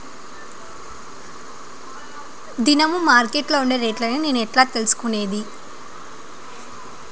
దినము మార్కెట్లో ఉండే రేట్లని నేను ఎట్లా తెలుసుకునేది?